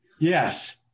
Yes